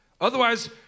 Otherwise